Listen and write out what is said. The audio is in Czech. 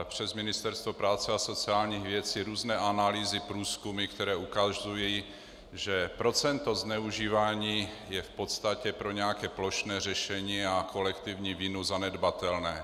Přes Ministerstvo práce a sociálních věcí existují různé analýzy a průzkumy, které ukazují, že procento zneužívání je v podstatě pro nějaké plošné řešení a kolektivní vinu zanedbatelné.